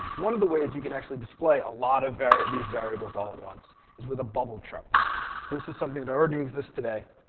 one of the ways you can actually display a lot of these variables all at once is with a bubble chart. so this is something that already exists today.